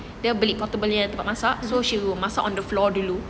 dia beli portable nya tempat masak so she will masak on the floor dulu